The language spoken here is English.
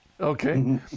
Okay